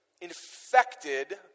infected